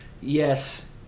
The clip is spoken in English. yes